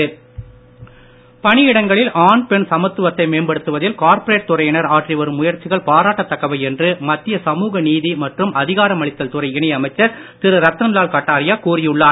சமத்துவம் பணியிடங்களில் ஆண் பெண் சமத்துவத்தை மேம்படுத்துவதில் கார்ப்பரேட் துறையினர் ஆற்றி வரும் முயற்சிகள் பாராட்டத் தக்கவை என்று மத்திய சமூக நீதி மற்றும் அதிகாரமளித்தல் துறை இணை அமைச்சர் திரு ரத்தன் லால் கட்டாரியா கூறியுள்ளார்